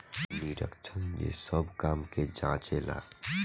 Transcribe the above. निरीक्षक जे सब काम के जांचे ला